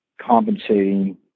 compensating